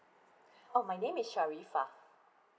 oh my name is sharifah